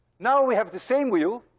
now we have the same wheel.